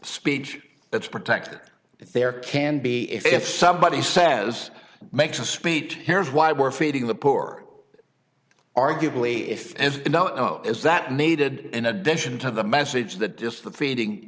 speech that's protected there can be if somebody says makes a speech here's why we're feeding the poor or arguably if not oh is that needed in addition to the message that just the feeding